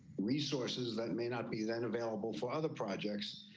resources that may not be then available for other projects.